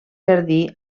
jardí